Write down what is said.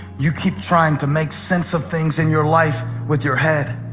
you keep trying to make sense of things in your life with your head.